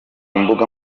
mbuga